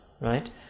Right